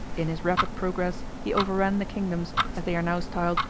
in his rapid progress, he overran the kingdoms, as they are now styled,